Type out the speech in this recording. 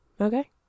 Okay